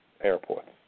Airports